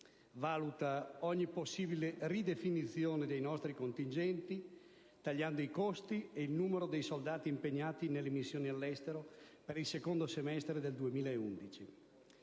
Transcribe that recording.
valuta ogni possibile ridefinizione dei nostri contingenti, tagliando i costi ed il numero dei soldati impegnati nelle missioni all'estero per il secondo semestre 2011.